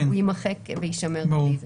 הוא יימחק ויישמר בלי זה.